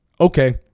Okay